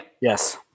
Yes